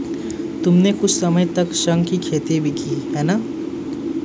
तुमने कुछ समय तक शंख की खेती भी की है ना?